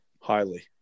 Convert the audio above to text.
Highly